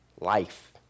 life